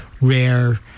rare